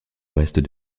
ouest